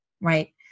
right